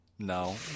No